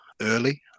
early